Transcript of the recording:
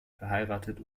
verheiratet